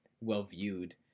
Well-viewed